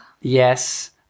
Yes